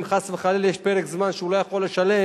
אם חס וחלילה יש פרק זמן שהוא לא יכול לשלם,